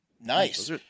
Nice